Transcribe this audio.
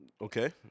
Okay